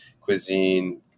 cuisine